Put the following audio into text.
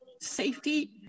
safety